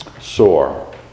sore